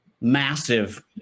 massive